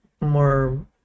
more